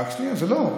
לא,